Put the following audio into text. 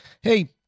hey